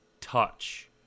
touch